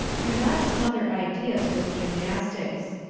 do not smother ideas with gymnastics.